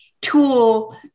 tool